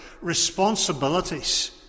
responsibilities